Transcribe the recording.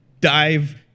dive